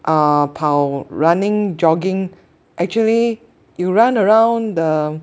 阿跑 running jogging actually you run around the